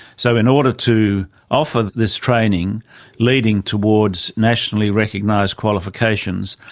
so in order to offer this training leading towards nationally recognised qualifications,